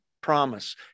promise